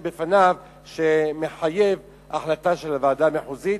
לפניו שמחייבת החלטה של הוועדה המחוזית,